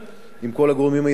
עם כל הגורמים הירוקים,